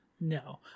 No